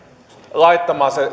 laittamaan ne